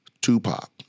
Tupac